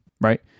right